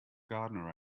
gardener